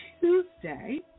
Tuesday